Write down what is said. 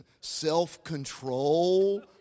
self-control